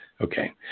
Okay